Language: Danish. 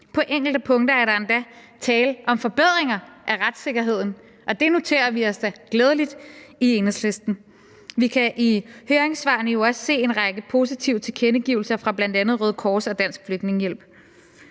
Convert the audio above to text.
På enkelte punkter er der endda tale om forbedringer af retssikkerheden, og det noterer vi os da glædeligt i Enhedslisten. Vi kan i høringssvarene jo også se en række positive tilkendegivelser fra bl.a. Røde Kors og Dansk Flygtningehjælp.